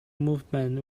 movement